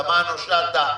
תמנו-שטה,